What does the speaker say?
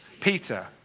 Peter